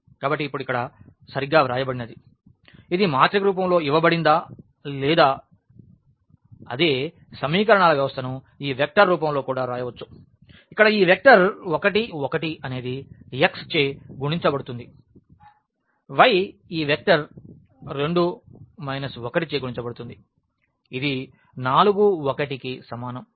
కాబట్టి ఇప్పుడు ఇక్కడ సరిగ్గా వ్రాయబడినది ఇది మాత్రిక రూపంలో ఇవ్వబడిందా లేదా అదే సమీకరణాల వ్యవస్థను ఈ వెక్టర్ రూపంలో కూడా వ్రాయవచ్చు ఇక్కడ ఈ వెక్టర్ 1 1 అనేది x చే గుణించబడుతుంది y ఈ వెక్టర్ 2 1 చే గుణించబడుతుంది ఇది 4 1 కి సమానం